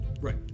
Right